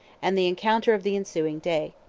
and the encounter of the ensuing day.